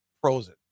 frozen